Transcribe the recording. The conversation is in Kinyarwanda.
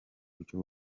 buryo